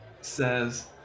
says